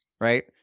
right